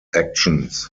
actions